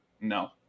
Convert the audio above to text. No